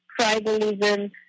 tribalism